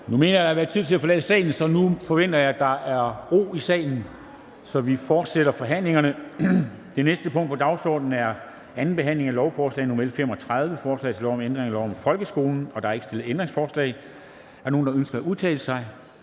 Nu har der været tid til at forlade salen, så nu forventer jeg, at der er ro i salen, så vi fortsætter forhandlingerne. --- Det næste punkt på dagsordenen er: 4) 2. behandling af lovforslag nr. L 35: Forslag til lov om ændring af lov om folkeskolen. (Frihedsgrader til håndtering af faglige